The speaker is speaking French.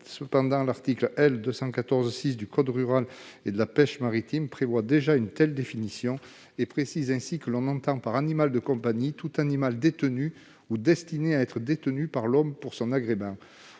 de compagnie. L'article L. 214-6 du code rural et de la pêche maritime prévoit déjà une telle définition, précisant que l'« on entend par animal de compagnie tout animal détenu ou destiné à être détenu par l'homme pour son agrément